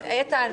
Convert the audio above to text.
עזוב, איתן.